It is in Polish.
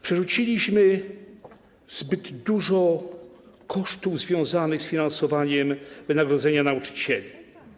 Przerzuciliśmy zbyt dużo kosztów związanych z finansowaniem wynagrodzeń nauczycieli.